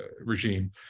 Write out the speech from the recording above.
regime